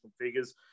figures